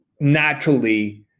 naturally